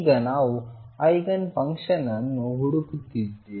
ಈಗ ನಾವು eigen function ಅನ್ನು ಹುಡುಕಿದ್ದೇವೆ